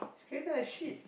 his character like shit